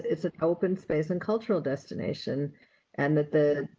it's an open space and cultural destination and that the,